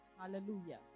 Hallelujah